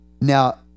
now